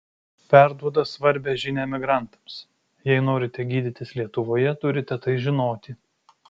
perduoda svarbią žinią emigrantams jei norite gydytis lietuvoje turite tai žinoti